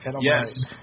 Yes